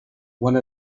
one